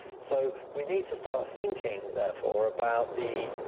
so we need to start thinking, therefore, about the,